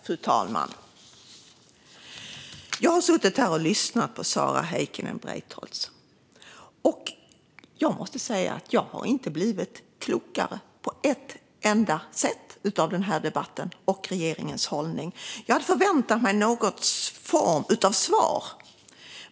Fru talman! Jag har suttit här och lyssnat på Sara Heikkinen Breitholtz, och jag måste säga att jag inte på ett enda sätt har blivit klokare av denna debatt och av regeringens hållning. Jag hade förväntat mig någon form av svar.